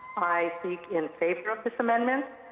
i speak in favor of this amendment.